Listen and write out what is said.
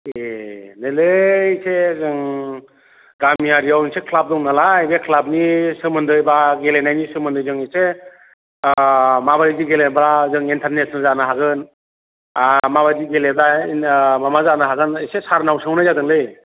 ए नैलै एसे जों गामियारियाव मोनसे क्लाब दं नालाय बे क्लाबनि सोमोन्दै एबा गेलेनायनि सोमोन्दै जों एसे ओ माबायदि गेलेब्ला जों इन्टारनेसनेल जानो हागोन ओ माबायदि गेलेब्ला ओ माबा जानो हागोन एसे सारनाव सोंनाय जादोंलै